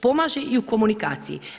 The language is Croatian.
Pomaže i u komunikaciji.